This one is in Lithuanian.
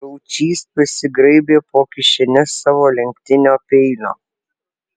gaučys pasigraibė po kišenes savo lenktinio peilio